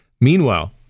Meanwhile